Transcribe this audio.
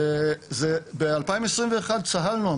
ב-2021 צהלנו,